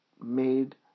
made